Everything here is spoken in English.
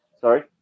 Sorry